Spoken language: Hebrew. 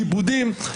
כיבודים".